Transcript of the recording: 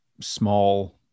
small